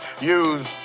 use